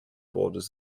borders